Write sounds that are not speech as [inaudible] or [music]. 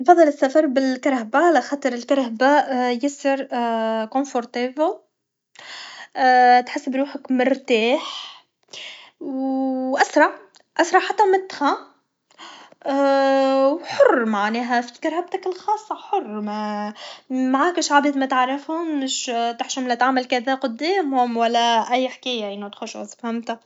نفضل السفر بالكرهبة على خاطر الكرهبة ياسر كونفورطيبول [hesitation] تحس بروحك مرتاح و اسرع اسرع حتى من التخا [hesitation] و حر معناها في كرهبتك الخاصة حر ما ممعاكش عباد متعرفهمش تحشم يلا تعمل كذا قدامهم و لا أي حكاية اين اوطرشوز فهمت